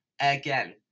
again